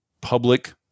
public